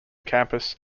campus